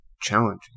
challenging